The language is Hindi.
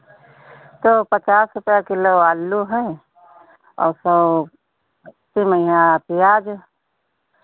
तो पचास रुपैया किलो आलू है और सौ सबसे महंगा प्याज